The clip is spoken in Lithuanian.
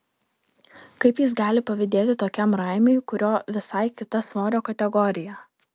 kaip jis gali pavydėti tokiam raimiui kurio visai kita svorio kategorija